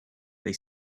they